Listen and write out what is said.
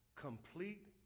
Complete